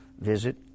visit